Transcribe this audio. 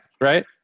Right